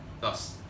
Thus